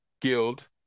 guild